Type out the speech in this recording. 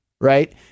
Right